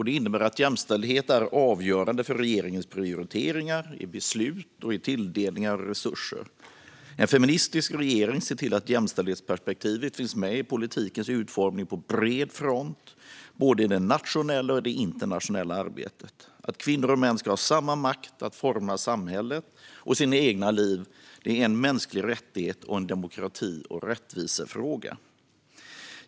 Det innebär att jämställdhet är avgörande för regeringens prioriteringar i beslut och i tilldelning av resurser. En feministisk regering ser till att jämställdhetsperspektivet finns med i politikens utformning på bred front, både i det nationella och i det internationella arbetet. Att kvinnor och män ska ha samma makt att forma samhället och sina egna liv är en mänsklig rättighet och en demokrati och rättvisefråga.